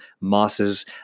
mosses